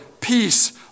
peace